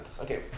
Okay